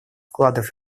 вкладов